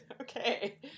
okay